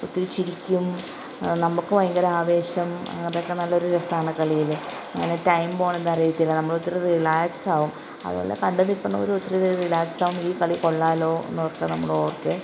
ഒത്തിരി ചിരിക്കും നമ്മൾക്ക് ഭയങ്കര ആവേശം അതൊക്കെ നല്ലൊരു രസമാണ് കളിയിൽ അങ്ങനെ ടൈം പോണതറിയത്തില്ല നമ്മൾ ഒത്തിരി റിലാക്സ് ആവും അതു പോലെ കണ്ട് നിൽക്കുന്നവർ ഒത്തിരി റിലാക്സ് ആവും ഈ കളി കൊള്ളാമല്ലോ എന്നോർത്ത് നമ്മൾ ഓർക്കുകയും